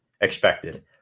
expected